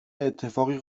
اتفاقی